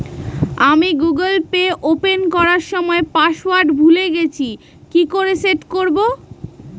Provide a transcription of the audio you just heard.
আমি Google Pay open করার সময় পাসওয়ার্ড ভুলে গেছি কি করে সেট করব?